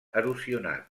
erosionat